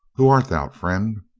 who art thou, friend?